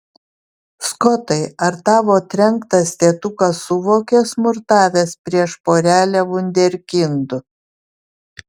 skotai ar tavo trenktas tėtukas suvokė smurtavęs prieš porelę vunderkindų